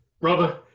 brother